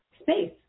space